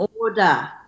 order